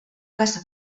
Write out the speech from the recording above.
casa